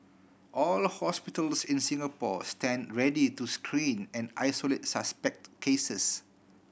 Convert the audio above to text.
all hospitals in Singapore stand ready to screen and isolate suspect cases